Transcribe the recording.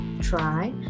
try